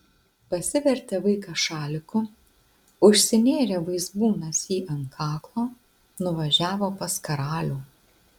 pasivertė vaikas šaliku užsinėrė vaizbūnas jį ant kaklo nuvažiavo pas karalių